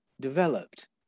developed